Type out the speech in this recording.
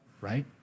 right